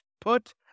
put